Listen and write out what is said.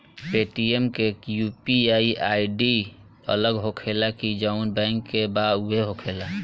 Paytm के UPI ID अलग होखेला की जाऊन बैंक के बा उहे होखेला?